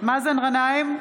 מאזן גנאים,